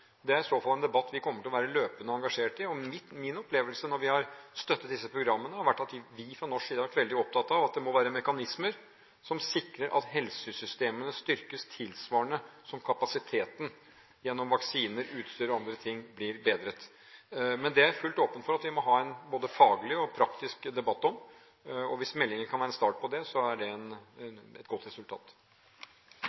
Det er i så fall en debatt vi kommer til å være løpende engasjert i. Min opplevelse når vi har støttet disse programmene, har vært at vi fra norsk side har vært veldig opptatt av at det må være mekanismer som sikrer at helsesystemene styrkes tilsvarende som kapasiteten, gjennom at vaksiner, utstyr og andre ting blir bedret. Men jeg er fullt åpen for at vi må ha en faglig og praktisk debatt om dette, og hvis meldingen kan være en start på det, så er det